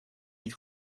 niet